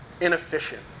inefficient